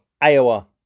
Iowa